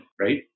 right